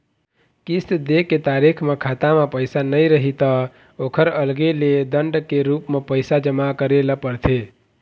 किस्त दे के तारीख म खाता म पइसा नइ रही त ओखर अलगे ले दंड के रूप म पइसा जमा करे ल परथे